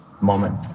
moment